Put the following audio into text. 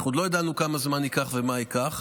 אנחנו עוד לא ידענו כמה זמן ייקח ומה ייקח,